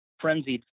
frenzied